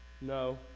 No